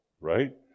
right